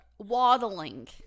Waddling